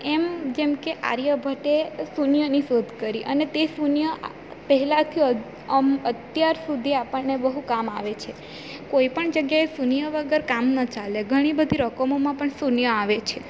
એમ જેમ કે આર્યભટ્ટે શૂન્યની શોધ કરી અને તે શૂન્ય પહેલાંથી અમ અત્યાર સુધી આપણને બહુ કામ આવે છે કોઈ પણ જગ્યાએ શૂન્ય વગર કામ ન ચાલે ઘણી બધી રકમોમાં પણ શૂન્ય આવે છે